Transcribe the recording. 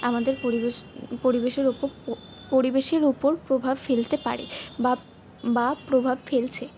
আমাদের পরিবেশ পরিবেশের উপর পরিবেশের উপর প্রভাব ফেলতে পারে বা বা প্রভাব ফেলছে